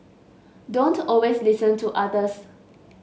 don't always listen to others